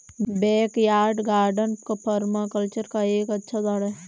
backyard garden permaculture का एक अच्छा उदाहरण हैं